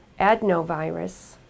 adenovirus